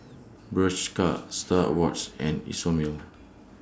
Bershka STAR Awards and Isomil